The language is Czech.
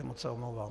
Moc se omlouvám.